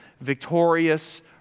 victorious